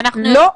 לא,